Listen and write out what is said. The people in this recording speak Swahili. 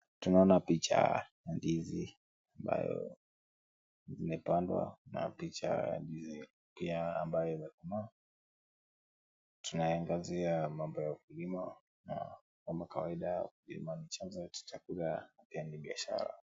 Tunaona picha ya ndizi ambayo imepandwa na picha izi pia ambayo imekomaa. Tunaangazia mambo ya ukulima na kama kawaida ni chanzo cha chakula ya kibiashara.